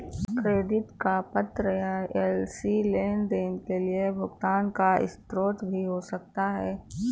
credit का पत्र या एल.सी लेनदेन के लिए भुगतान का स्रोत भी हो सकता है